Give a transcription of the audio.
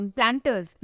Planters